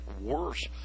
worse